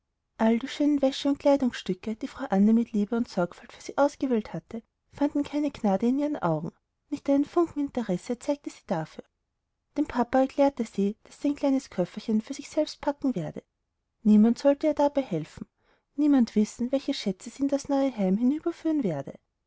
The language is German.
all die schönen wäsche und kleidungsstücke die frau anne mit liebe und sorgfalt für sie ausgewählt hatte fanden keine gnade vor ihren augen nicht einen funken interesse zeigte sie dafür dem papa erklärte sie daß sie ein kleines köfferchen für sich selbst packen werde niemand solle ihr dabei helfen niemand wissen welche schätze sie mit in das neue heim hinüberführen werde